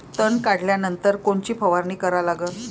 तन काढल्यानंतर कोनची फवारणी करा लागन?